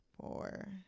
four